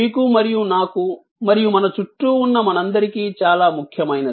మీకు మరియు నాకు మరియు మన చుట్టూ ఉన్న మనందరికీ చాలా ముఖ్యమైనది